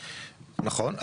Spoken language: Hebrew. נכון.